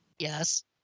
Yes